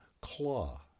claw